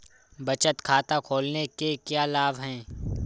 बचत खाता खोलने के क्या लाभ हैं?